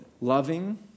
loving